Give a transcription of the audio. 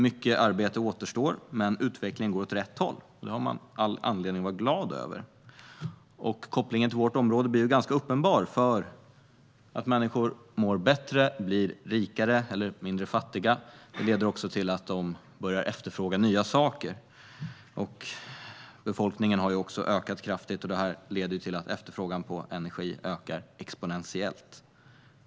Mycket arbete återstår, men utvecklingen går åt rätt håll, vilket man har all anledning att vara glad över. Kopplingen till vårt område blir ganska uppenbar: Att människor mår bättre och blir rikare - eller mindre fattiga - leder också till att de börjar att efterfråga nya saker. Befolkningen har ökat kraftigt, vilket leder till att efterfrågan på energi ökar exponentiellt.